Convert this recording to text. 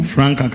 Frank